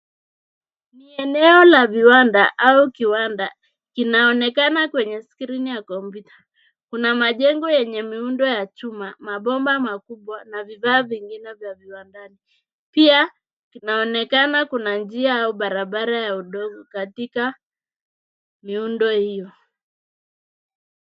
Ni eneo la viwanda au kiwanda, kinaonekana kwenye skrini ya kompyuta. Kuna majengo yenye miundo ya chuma, mabomba makubwa na vifaa vingine vya viwandani. Pia, kunaonekana kuna njia au barabara ya udongo katika miundo hiyo.